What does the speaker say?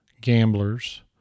gamblers